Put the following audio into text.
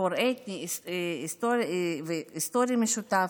מקור אתני והיסטורי משותף.